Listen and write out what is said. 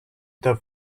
the